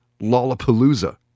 lollapalooza